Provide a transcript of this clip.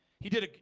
he did it.